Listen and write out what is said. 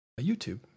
youtube